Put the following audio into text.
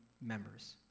members